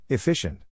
Efficient